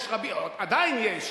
עדיין יש,